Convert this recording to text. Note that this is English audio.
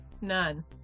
None